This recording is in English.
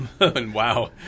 Wow